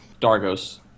Dargo's